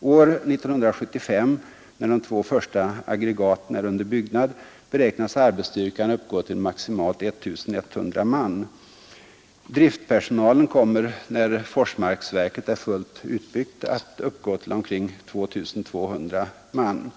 År 1975 då de två första aggregaten är under byggnad beräknas arbetsstyrkan uppgå till maximalt 1 100 man. Driftpersonalen kommer, när Forsmarksverket är fullt utbyggt, att uppgå till omkring 220 man.